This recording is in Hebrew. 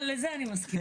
אבל לזה אני מסכימה.